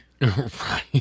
Right